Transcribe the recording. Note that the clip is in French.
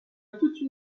toute